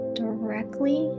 directly